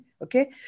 Okay